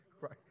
Right